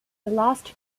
lost